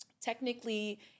technically